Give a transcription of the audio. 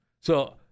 So-